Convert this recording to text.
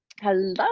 Hello